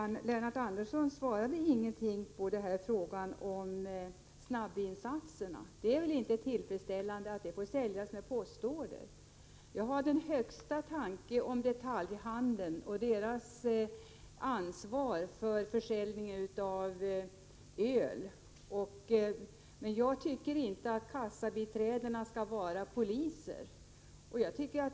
Lennart Andersson svarade ingenting på frågan om snabbvinsatserna. Det är väl inte tillfredsställande att dessa får säljas via postorder! Jag har den högsta tanke om detaljhandeln och dess ansvar för försäljningen av öl, men jag tycker inte att kassabiträdena skall vara poliser.